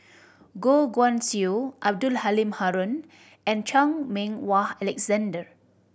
Goh Guan Siew Abdul Halim Haron and Chan Meng Wah Alexander